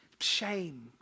shame